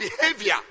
behavior